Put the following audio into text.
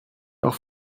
auch